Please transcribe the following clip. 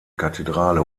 kathedrale